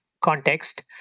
context